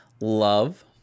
Love